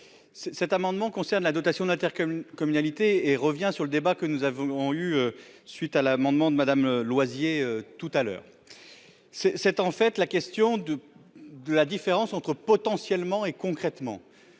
cet amendement concerne la dotation d'Inter communalité et revient sur le débat que nous avons eu suite à l'amendement de Madame Loisier tout à l'heure, c'est, c'est en fait la question de de la différence entre potentiellement et concrètement,